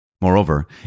Moreover